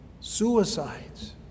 suicides